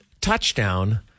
touchdown